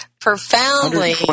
profoundly